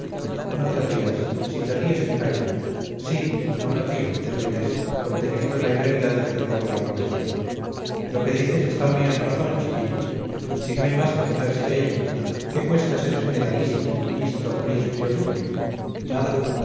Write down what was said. no te rías si te ríes me callo si no me río dijo inés conteniendo la hilaridad que de nuevo la acometía lo que dices está muy en razón chiquillo si no hay más que ponerse a ello qué cuesta ser generalísimo ministro príncipe o duque nada